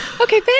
Okay